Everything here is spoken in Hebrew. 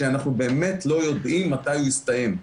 שאנחנו באמת לא יודעים מתי הוא יסתיים.